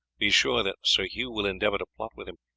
be sure that sir hugh will endeavour to plot with him,